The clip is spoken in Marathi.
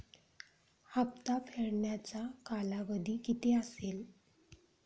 हप्ता फेडण्याचा कालावधी किती असेल?